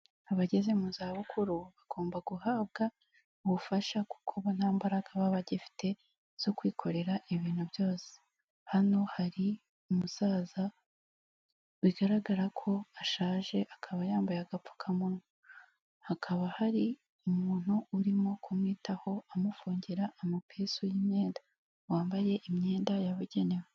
Abageze mu za bukuru, bagomba guhabwa ubufasha kuko bo ntambaraga baba bagifite zo kwikorera ibintu byose. Hano hari umusaza bigaragara ko ashaje, akaba yambaye agapfukamunwa. Hakaba hari umuntu urimo kumwitaho amufungira amapesu y'imyenda, wambaye imyenda yabugenewe.